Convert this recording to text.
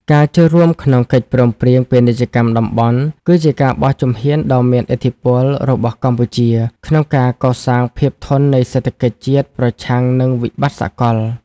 ការចូលរួមក្នុងកិច្ចព្រមព្រៀងពាណិជ្ជកម្មតំបន់ គឺជាការបោះជំហានដ៏មានឥទ្ធិពលរបស់កម្ពុជា ក្នុងការកសាងភាពធន់នៃសេដ្ឋកិច្ចជាតិប្រឆាំងនឹងវិបត្តិសកល។